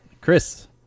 Chris